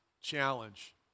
challenge